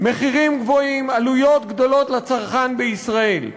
מחירים גבוהים, עלויות גדולות לצרכן בישראל.